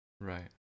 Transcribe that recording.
right